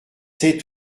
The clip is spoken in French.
sept